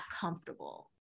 comfortable